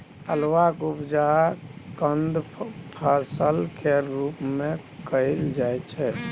अल्हुआक उपजा कंद फसल केर रूप मे कएल जाइ छै